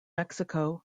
mexico